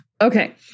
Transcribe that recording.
Okay